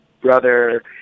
brother